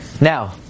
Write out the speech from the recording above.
Now